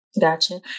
Gotcha